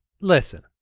Listen